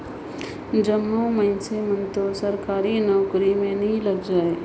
जम्मो मइनसे मन दो सरकारी नउकरी में नी लइग जाएं